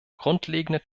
grundlegende